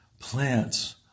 Plants